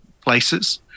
places